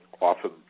often